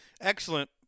Excellent